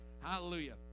Hallelujah